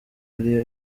ariyo